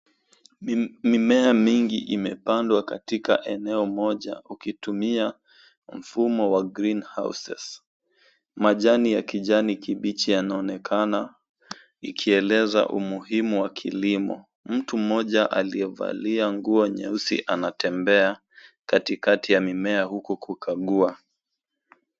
Mimea mingi imepandwa katika eneo moja ukitumia mfumo wa green houses . Majani ya kijani kibichi yanaonekana ikieleza umuhimu wa kilimo. Mtu mmoja aliyevalia nguo nyeusi anatembea katikati ya mimea huku kukagua.